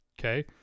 Okay